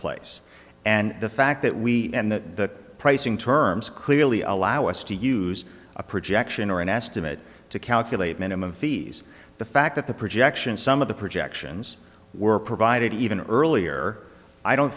place and the fact that we and the pricing terms clearly allow us to use a projection or an estimate to calculate minimum fees the fact that the projections some of the projections were provided even earlier i don't